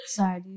Sorry